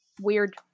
weird